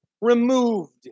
removed